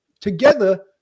together